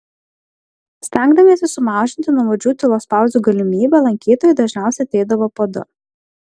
stengdamiesi sumažinti nuobodžių tylos pauzių galimybę lankytojai dažniausiai ateidavo po du